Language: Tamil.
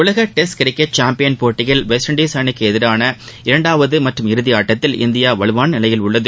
உலக டெஸ்ட் கிரிக்கெட் சாம்பியன் போட்டியில் வெஸ்ட் இண்டீஸூக்கு எதிரான இரண்டாவது மற்றும் இறுதி ஆட்டத்தில் இந்தியா வலுவான நிலையில் உள்ளது